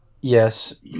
Yes